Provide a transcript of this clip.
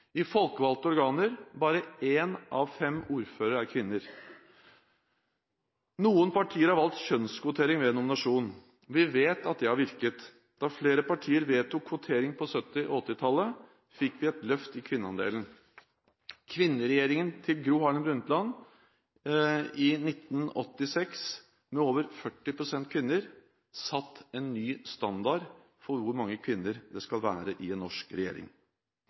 i folkevalgte organer, der bare én av fem ordførere er kvinner. Noen partier har valgt kjønnskvotering ved nominasjon. Vi vet at det har virket. Da flere partier vedtok kvotering på 1970- og 1980-tallet, fikk vi et løft i kvinneandelen. Kvinneregjeringen til Gro Harlem Brundtland i 1986, med over 40 pst. kvinner, satte en ny standard for hvor mange kvinner det skal være i en norsk regjering.